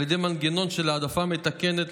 על ידי מנגנון של העדפה מתקנת,